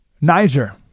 Niger